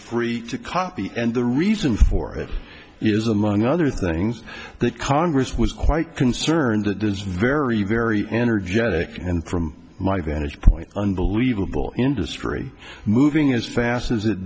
free to copy and the reason for it is among other things that congress was quite concerned that there's very very energetic and from my vantage point unbelievable industry moving as fast as it